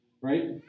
right